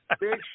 Big